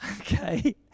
Okay